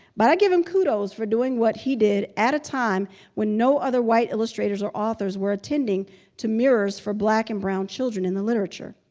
but i give him kudos for doing what he did at a time when no other white illustrators or authors were attending to mirrors for black and brown children in the literature.